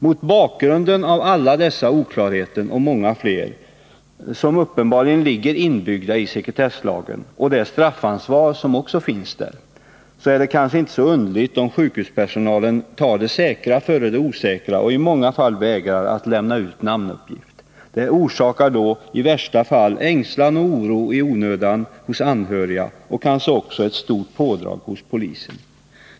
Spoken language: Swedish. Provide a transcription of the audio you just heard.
Mot bakgrund av alla dessa oklarheter, och många fler, som uppenbarligen ligger inbyggda i sekretesslagen och med hänsyn till det straffansvar som också finns där, är det kanske inte så underligt om sjukhuspersonalen tar det säkra för det osäkra och i många fall vägrar att lämna ut namnuppgiften. Detta orsakar i värsta fall ängslan och oro i onödan hos anhöriga och kanske också ett stort pådrag hos polisen.